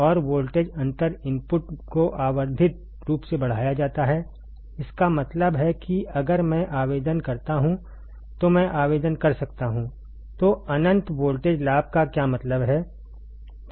और वोल्टेज अंतर इनपुट को आवर्धित रूप से बढ़ाया जाता है इसका मतलब है कि अगर मैं आवेदन करता हूं तो मैं आवेदन कर सकता हूं